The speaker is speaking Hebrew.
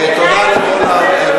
תודה לכל המתווכחים.